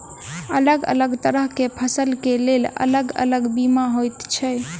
अलग अलग तरह केँ फसल केँ लेल अलग अलग बीमा होइ छै?